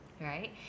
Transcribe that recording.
right